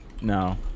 no